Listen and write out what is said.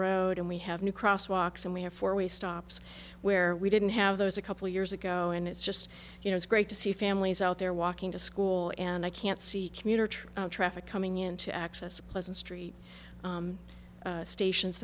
road and we have new crosswalks and we have four way stops where we didn't have those a couple years ago and it's just you know it's great to see families out there walking to school and i can't see commuter train traffic coming in to access pleasant street stations